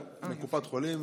מקופת חולים.